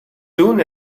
soon